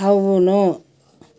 అవును